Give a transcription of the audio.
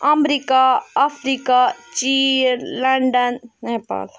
America Africa چیٖن London Nepal